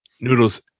noodles